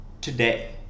today